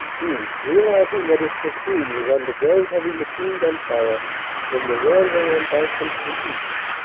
who, realizing that his platoon was under very heavy machine-gun fire from the railway embankment to the east,